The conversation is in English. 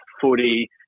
footy